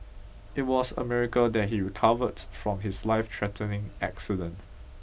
it was a miracle that he recovered from his lifethreatening accident